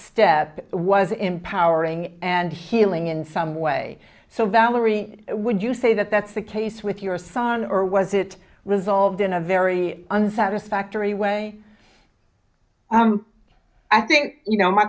step was empowering and healing in some way so valerie would you say that that's the case with your son or was it resolved in a very unsatisfactory way i think you know my